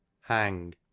Hang